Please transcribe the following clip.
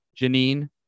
Janine